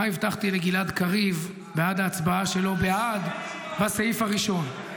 מה הבטחתי לגלעד קריב בעד ההצבעה שלו בעד בסעיף הראשון,